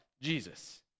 Jesus